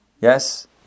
Yes